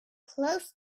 close